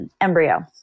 embryo